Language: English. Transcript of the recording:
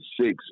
six